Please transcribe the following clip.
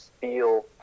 feel